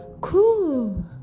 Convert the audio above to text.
Cool